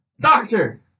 Doctor